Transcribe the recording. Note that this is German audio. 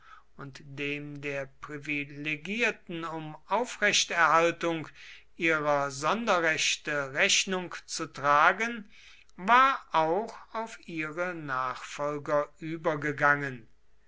und dem der privilegierten um aufrechterhaltung ihrer sonderrechte rechnung zu tragen war auch auf ihre nachfolger übergegangen